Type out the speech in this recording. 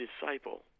disciple